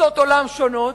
תפיסות עולם שונות,